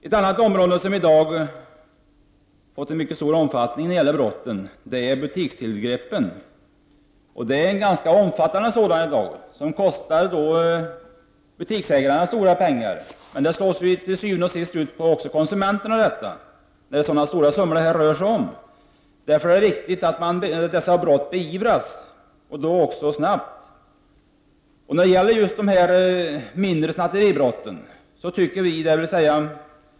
Ett annat område som i dag har fått en mycket stor omfattning när det gäller brotten är butikstillgreppen. Dessa förekommer alltså i dag i ganska stor omfattning, och de kostar också butiksägarna stora pengar. Men eftersom det här rör sig om så stora summor, kommer detta til syvende og sidst även att drabba konsumenterna. Det är därför viktigt att dessa brott beivras och att det sker snabbt.